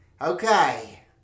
Okay